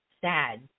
sad